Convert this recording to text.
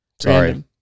Sorry